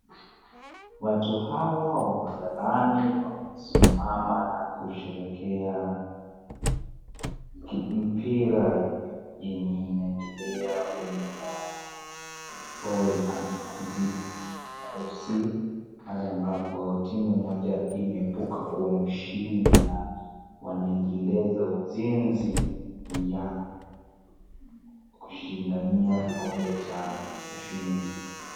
Huku naona ni pahali pa kutumia watu wote. Tena hapa ni pahali pa kutengeneza fito inayofa katika serikali. Ili serikali wapate ushuru kwa njia yoyote kwa pesa inayoingia katika akaunti ya watu tofauti.